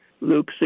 Luke